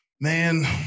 man